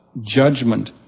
judgment